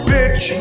Bitch